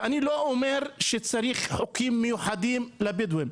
ואני לא אומר שצריך חוקים מיוחדים לבדואים.